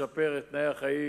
לשפר את תנאי החיים,